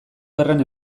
gerran